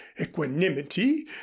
equanimity